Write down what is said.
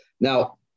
Now